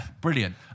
brilliant